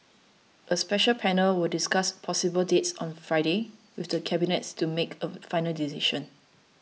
a special panel will discuss possible dates on Friday with the cabinet to make a final decision